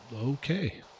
Okay